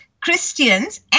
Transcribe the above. Christians